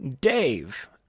Dave